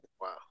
Wow